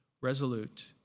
resolute